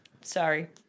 Sorry